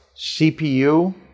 CPU